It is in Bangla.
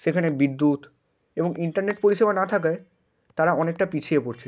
সেখানে বিদ্যুৎ এবং ইন্টারনেট পরিষেবা না থাকায় তারা অনেকটা পিছিয়ে পড়ছে